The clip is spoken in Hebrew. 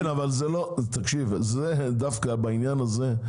אבל תקשיב, זה דווקא בעניין הזה,